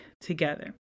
together